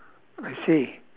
I see